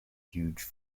huge